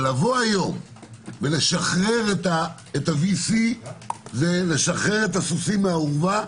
אבל לשחרר היום את ה-VC זה לשחרר את הסוסים מהאורווה,